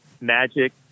magic